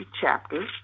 chapter